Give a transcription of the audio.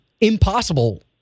impossible